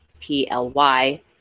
P-L-Y